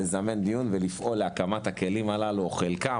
לזמן דיון ולפעול להקמת הכלים הללו או חלקם,